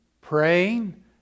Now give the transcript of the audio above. praying